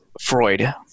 Freud